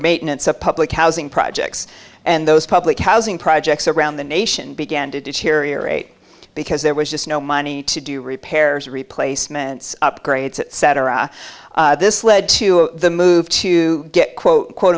maintenance of public housing projects and those public housing projects around the nation began to deteriorate because there was just no money to do repairs replacements upgrades etc this led to the move to get quote quote